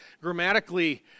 Grammatically